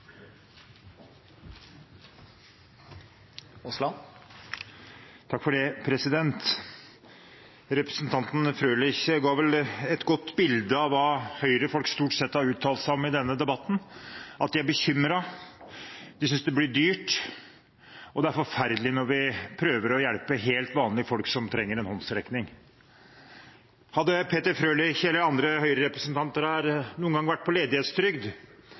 Representanten Frølich ga vel et godt bilde av hva Høyre-folk stort sett har uttalt seg om i denne debatten: De er bekymret, de syns det blir dyrt, og det er forferdelig når vi prøver å hjelpe helt vanlige folk som trenger en håndsrekning. Hadde Peter Frølich eller andre Høyre-representanter noen gang vært på ledighetstrygd,